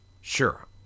sure